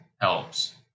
helps